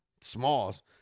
smalls